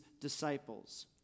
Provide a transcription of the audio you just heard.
disciples